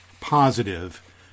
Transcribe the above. positive